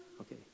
Okay